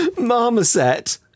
Marmoset